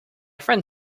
friend